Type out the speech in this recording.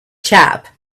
chap